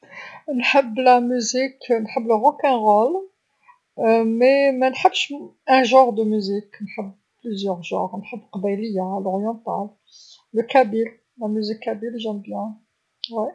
نحب الموسيقى، نحب روك أند رول بصح منحبش نوع من الموسيقى، نحب بزاف الأنواع، نحب قبايليه، الغربي، القبايلي، موسيقى القبايليه نحبها إيه.